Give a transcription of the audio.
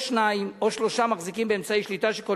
או שניים או שלושה מחזיקים באמצעי שליטה שכל